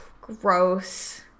gross